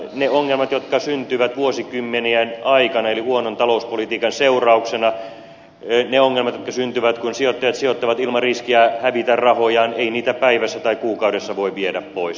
niitä ongelmia jotka syntyvät vuosikymmenien aikana eli huonon talouspolitiikan seurauksena niitä ongelmia jotka syntyvät kun sijoittajat sijoittavat ilman riskiä hävitä rahojaan ei päivässä tai kuukaudessa voi viedä pois